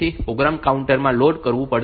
તેથી તે program counter માં લોડ કરવું પડશે